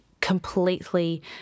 completely